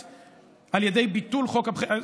הפרלמנטרית על ידי ביטול חוק הבחירה הישירה.